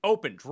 Open